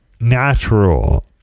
natural